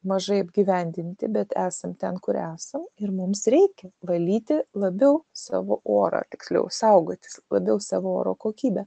mažai apgyvendinti bet esam ten kur esam ir mums reikia valyti labiau savo orą tiksliau saugotis labiau savo oro kokybę